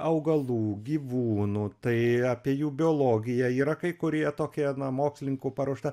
augalų gyvūnų tai apie jų biologiją yra kai kurie tokie na mokslininkų paruošta